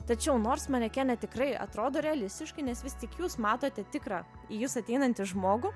tačiau nors manekenė tikrai atrodo realistiškai nes vis tik jūs matote tikrą į jus ateinantį žmogų